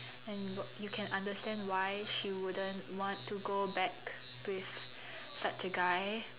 and you can understand why she wouldn't want to go back with such a guy